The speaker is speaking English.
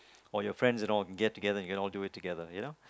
or your friends and all and get together and can all do it together you know